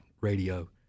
radio